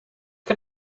can